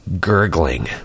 Gurgling